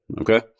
okay